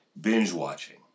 binge-watching